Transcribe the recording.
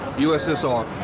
ussr.